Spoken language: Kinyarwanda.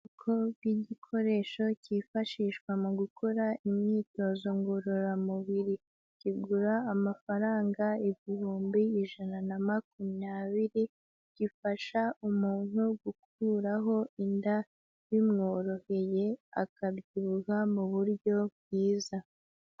Ubwoko bw'igikoresho cyifashishwa mu gukora imyitozo ngororamubiri, kigura amafaranga ibihumbi ijana na makumyabiri, gifasha umuntu gukuraho inda bimworoheye, akabyiha mu buryo bwiza.